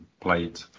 played